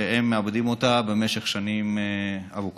שהם מעבדים אותה במשך שנים ארוכות.